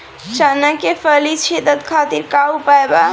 चना में फली छेदक खातिर का उपाय बा?